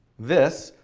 this,